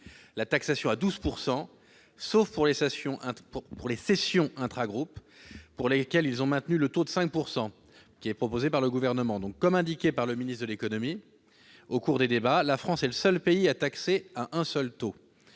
la taxation à 12 %, sauf pour les cessions intragroupes, pour lesquelles ils ont conservé le taux de 5 % proposé par le Gouvernement. Comme indiqué par le ministre de l'économie et des finances au cours des débats, la France est le seul pays à taxer à un seul taux.